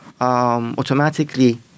automatically